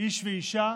איש ואישה,